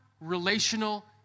relational